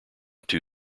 two